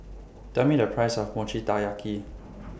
Tell Me The Price of Mochi Taiyaki